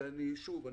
ושוב,